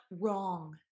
wrong